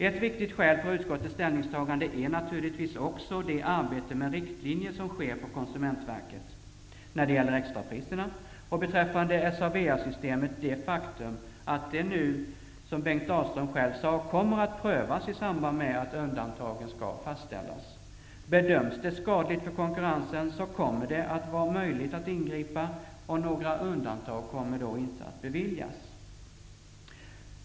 Ett viktigt skäl till utskottets ställningstagande är naturligtvis också det arbete med riktlinjer som sker på Konsumentverket, när det gäller extrapriserna, och beträffande SA/VA-systemet det faktum att det nu -- som Bengt Dalström själv sade -- kommer att prövas i samband med att undantagen skall fastställas. Bedöms det som skadligt för konkurrensen, kommer det att vara möjligt att ingripa. Undantag kommer då inte att beviljas.